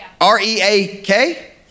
R-E-A-K